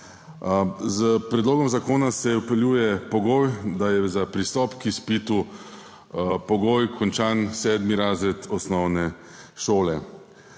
S predlogom zakona se vpeljuje pogoj, da je za pristop k izpitu pogoj končan sedmi razred osnovne šole.